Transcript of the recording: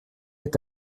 est